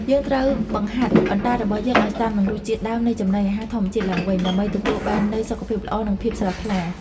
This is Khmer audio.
យើងត្រូវបង្ហាត់អណ្តាតរបស់យើងឲ្យស៊ាំនឹងរសជាតិដើមនៃចំណីអាហារធម្មជាតិឡើងវិញ ដើម្បីទទួលបាននូវសុខភាពល្អនិងភាពស្រស់ថ្លា។